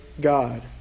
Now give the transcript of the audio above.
God